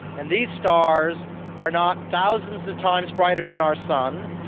and these stars are not thousands of times brighter than our sun,